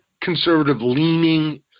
conservative-leaning